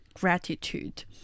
gratitude